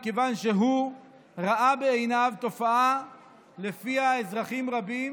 מכיוון שהוא ראה בעיניו תופעה שבה אזרחים רבים